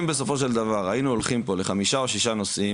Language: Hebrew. אם בסופו של דבר היינו הולכים פה לחמישה או שישה נושאים